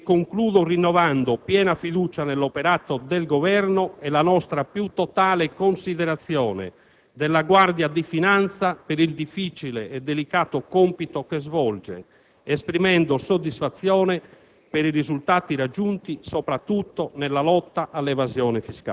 È con questo spirito, signor Ministro e cari colleghi, che concludo rinnovando piena fiducia nell'operato del Governo e la nostra più totale considerazione della Guardia di finanza per il difficile e delicato compito che svolge, esprimendo soddisfazione